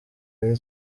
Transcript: ari